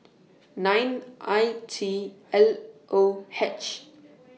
nine I T L O H